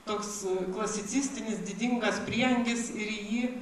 toks klasicistinis didingas prieangis ir į jį